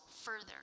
further